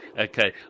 Okay